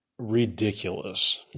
ridiculous